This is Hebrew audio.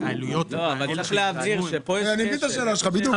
צריך להבהיר שכאן יש כשל.